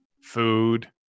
food